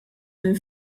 minn